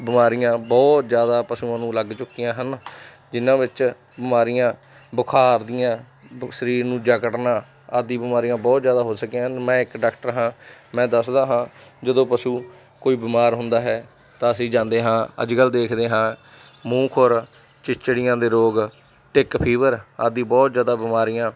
ਬਿਮਾਰੀਆਂ ਬਹੁਤ ਜ਼ਿਆਦਾ ਪਸ਼ੂਆਂ ਨੂੰ ਲੱਗ ਚੁੱਕੀਆਂ ਹਨ ਜਿਹਨਾਂ ਵਿੱਚ ਬਿਮਾਰੀਆਂ ਬੁਖਾਰ ਦੀਆਂ ਸਰੀਰ ਨੂੰ ਜਕੜਨਾ ਆਦਿ ਬਿਮਾਰੀਆਂ ਬਹੁਤ ਜ਼ਿਆਦਾ ਹੋ ਸਕੀਆਂ ਹਨ ਮੈਂ ਇੱਕ ਡਾਕਟਰ ਹਾਂ ਮੈਂ ਦੱਸਦਾ ਹਾਂ ਜਦੋਂ ਪਸ਼ੂ ਕੋਈ ਬਿਮਾਰ ਹੁੰਦਾ ਹੈ ਤਾਂ ਅਸੀਂ ਜਾਂਦੇ ਹਾਂ ਅੱਜ ਕੱਲ੍ਹ ਦੇਖਦੇ ਹਾਂ ਮੂੰਹ ਖੁਰ ਚਿਚੜੀਆਂ ਦੇ ਰੋਗ ਟਿੱਕ ਫੀਵਰ ਆਦਿ ਬਹੁਤ ਜ਼ਿਆਦਾ ਬਿਮਾਰੀਆਂ